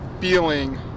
feeling